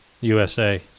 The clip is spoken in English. USA